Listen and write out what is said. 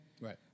Right